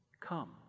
come